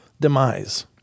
demise